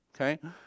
okay